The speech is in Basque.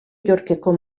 yorkeko